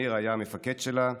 שניר היה המפקד שלה.